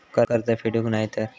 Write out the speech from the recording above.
कर्ज फेडूक नाय तर?